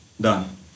done